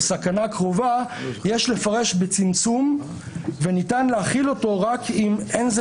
סכנה קרובה יש לפרש בצמצום וניתן להחיל אותו רק אם אין זה